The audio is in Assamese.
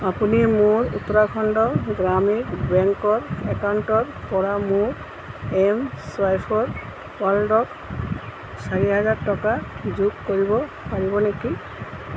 আপুনি মোৰ উত্তৰাখণ্ড গ্ৰামীণ বেংকৰ একাউণ্টৰ পৰা মোৰ এম চুৱাইপৰ ৱালেটত চাৰি হাজাৰ টকা যোগ কৰিব পাৰিব নেকি